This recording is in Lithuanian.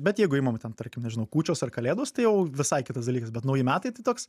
bet jeigu imam ten tarkim nežinau kūčios ar kalėdos tai jau visai kitas dalykas bet nauji metai tai toks